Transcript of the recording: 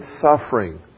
suffering